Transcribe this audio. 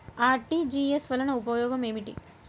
RTGS వలన ఉపయోగం ఏమిటీ?